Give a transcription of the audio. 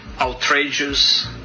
outrageous